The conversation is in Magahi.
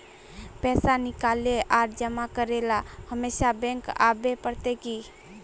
पैसा निकाले आर जमा करेला हमेशा बैंक आबेल पड़ते की?